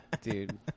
Dude